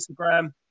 Instagram